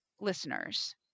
listeners